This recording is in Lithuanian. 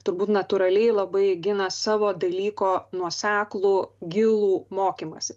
turbūt natūraliai labai gina savo dalyko nuoseklų gilų mokymąsi